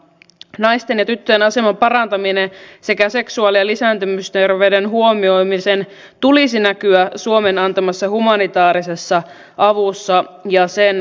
naisten ja tyttöjen aseman parantamisen sekä seksuaali ja lisääntymisterveyden huomioimisen tulisi näkyä suomen antamassa humanitaarisessa avussa ja sen kohdentumisessa